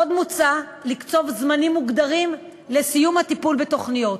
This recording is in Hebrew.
עוד מוצע לקצוב זמנים מוגדרים לסיום הטיפול בתוכניות,